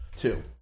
Two